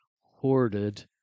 hoarded